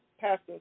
Pastor